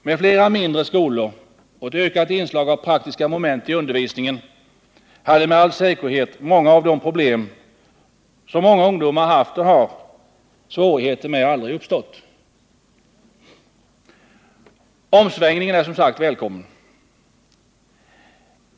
Med fler mindre skolor och ett ökat inslag av praktiska moment i undervisningen hade med all säkerhet många av de problem, som så många ungdomar haft och har svårigheter med, aldrig uppstått. Omsvängningen är som sagt välkommen.